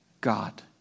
God